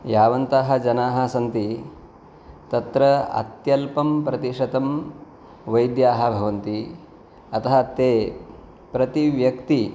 यावन्तः जनाः सन्ति तत्र अत्यल्पं प्रतिशतं वैद्याः भवन्ति अतः ते प्रतिव्यक्ति